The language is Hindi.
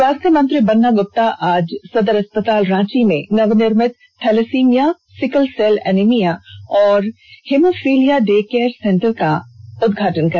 स्वास्थ्य मंत्री बन्ना गुप्ता आज सदर अस्पताल रांची में नवनिर्मित थैलेसिमिया सिकल सेल एनीमिया और हीमोफिलिया डे केयर सेंटर का उद्घाटन किया